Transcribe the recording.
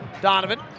Donovan